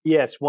Yes